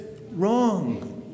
wrong